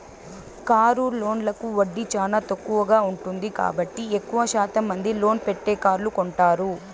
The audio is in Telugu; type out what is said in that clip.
కారు లోన్లకు వడ్డీ చానా తక్కువగా ఉంటుంది కాబట్టి ఎక్కువ శాతం మంది లోన్ పెట్టే కార్లు కొంటారు